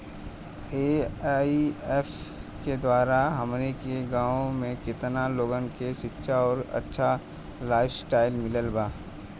AIF के द्वारा हमनी के गांव में केतना लोगन के शिक्षा और अच्छा लाइफस्टाइल मिलल बा